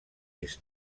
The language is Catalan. més